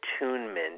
attunement